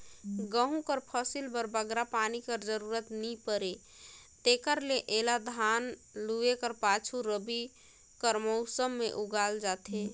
गहूँ कर फसिल बर बगरा पानी कर जरूरत नी परे तेकर ले एला धान लूए कर पाछू रबी कर मउसम में उगाल जाथे